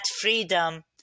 freedom